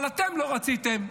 אבל אתם לא רציתם,